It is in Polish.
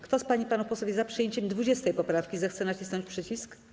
Kto z pań i panów posłów jest za przyjęciem 20. poprawki, zechce nacisnąć przycisk.